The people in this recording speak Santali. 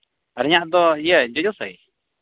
ᱟᱹᱞᱤᱧᱟᱹᱜ ᱫᱚ ᱤᱭᱟᱹ ᱡᱚᱡᱚᱥᱟᱹᱭᱤ